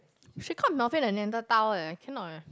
she called Melvin a neanderthal eh cannot eh